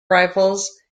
rifles